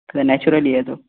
नॅचरलही आहे तो